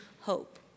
Hope